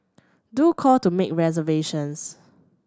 do call to make reservations